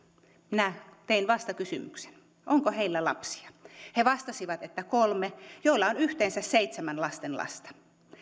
minä tein vastakysymyksen onko heillä lapsia he vastasivat että on kolme ja on yhteensä seitsemän lastenlasta